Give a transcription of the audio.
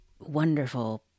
wonderful